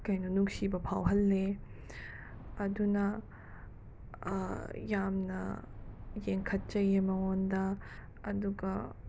ꯀꯩꯅꯣ ꯅꯨꯡꯁꯤꯕ ꯐꯥꯎꯍꯜꯂꯦ ꯑꯗꯨꯅ ꯌꯥꯝꯅ ꯌꯦꯡꯈꯠꯆꯩꯌꯦ ꯃꯉꯣꯟꯗ ꯑꯗꯨꯒ